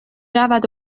رود